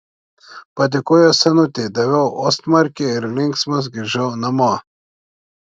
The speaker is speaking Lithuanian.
padėkojau senutei daviau ostmarkę ir linksmas grįžau namo